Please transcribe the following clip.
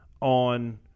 on